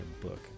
book